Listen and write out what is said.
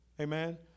Amen